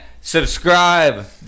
subscribe